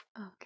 Okay